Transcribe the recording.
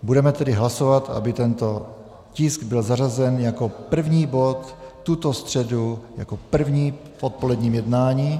Budeme tedy hlasovat, aby tento tisk byl zařazen jako první bod tuto středu jako první v odpoledním jednání.